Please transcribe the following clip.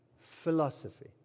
philosophy